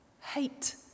Hate